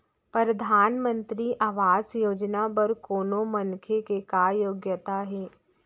परधानमंतरी आवास योजना बर कोनो मनखे के का योग्यता हे?